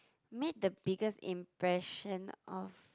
made the biggest impression of